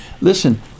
Listen